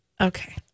okay